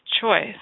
choice